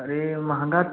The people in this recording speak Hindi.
अरे महंगा